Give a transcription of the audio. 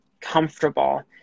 comfortable